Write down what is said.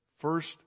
first